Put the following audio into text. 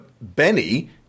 Benny